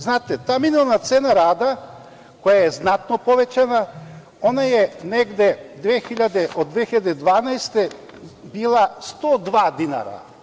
Znate, ta minimalna cena rada koja je znatno povećana, ona je negde od 2012. godine bila 102 dinara.